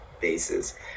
bases